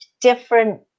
different